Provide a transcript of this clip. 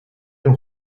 los